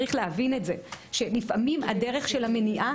צריך להבין את זה שלפעמים הדרך של המניעה,